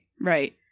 Right